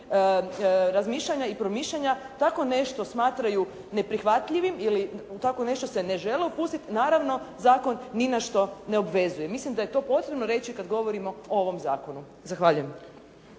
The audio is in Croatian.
razmišljanja i promišljanja tako nešto smatraju neprihvatljivim ili tako nešto se ne žele upustiti naravno zakon ni na što ne obvezuje. Mislim da je to potrebno reći kad govorimo o ovom zakonu. Zahvaljujem.